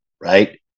right